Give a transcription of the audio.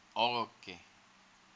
okay